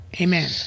Amen